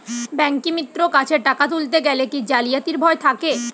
ব্যাঙ্কিমিত্র কাছে টাকা তুলতে গেলে কি জালিয়াতির ভয় থাকে?